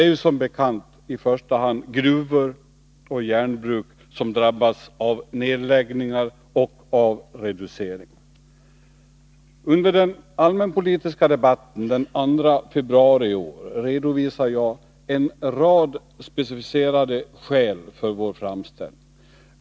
Det är som bekant i första hand gruvor och järnbruk som drabbats av nedläggningar och reduceringar. Under den allmänpolitiska debatten den 2 februari i år redovisade jag en rad specificerade skäl för vår framställning.